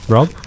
Rob